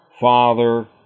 Father